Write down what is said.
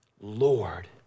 Lord